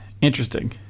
Interesting